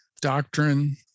doctrine